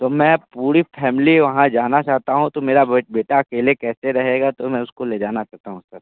तो मैं पूरी फैमिली वहाँ जाना चाहता हूँ तो मेरा बेटा अकेले कैसे रहेगा तो मैं उस को ले जाना चाहता हूँ सर